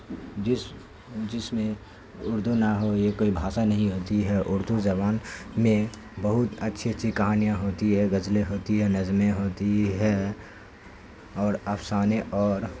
جس جس میں اردو نہ ہو یہ کوئی بھاشا نہیں ہوتی ہے اردو زبان میں بہت اچھی اچھی کہانیاں ہوتی ہے غزلیں ہوتی ہے نظمیں ہوتی ہے اور افسانے اور